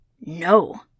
No